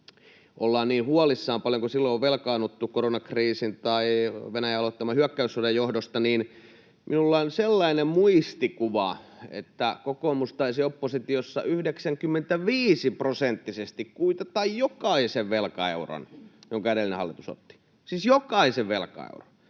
ollaan niin huolissaan ja paljonko silloin on velkaannuttu koronakriisin tai Venäjän aloittaman hyökkäyssodan johdosta, niin minulla on sellainen muistikuva, että kokoomus taisi oppositiossa 95-prosenttisesti kuitata jokaisen velkaeuron, jonka edellinen hallitus otti, siis jokaisen velkaeuron.